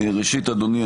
ראשית אדוני,